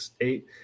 eight